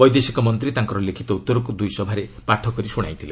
ବୈଦେଶିକ ମନ୍ତ୍ରୀ ତାଙ୍କ ଲିଖିତ ଉତ୍ତରକୁ ଦୁଇ ସଭାରେ ପାଠ କରି ଶ୍ରଣାଇଥିଲେ